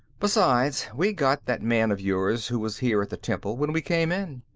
besides, we got that man of yours who was here at the temple when we came in.